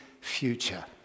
future